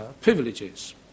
privileges